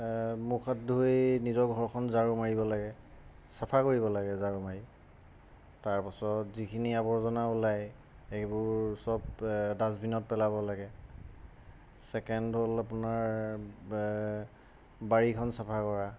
মুখ হাত ধুই নিজৰ ঘৰখন ঝাৰু মাৰিব লাগে চাফা কৰিব লাগে ঝাৰু মাৰি তাৰপাছত যিখিনি আবৰ্জনা ওলায় সেইবোৰ চব ডাষ্টবিনত পেলাব লাগে ছেকেণ্ড হ'ল আপোনাৰ বাৰীখন চাফা কৰা